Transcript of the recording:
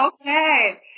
Okay